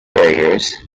barriers